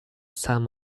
sum